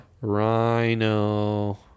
Rhino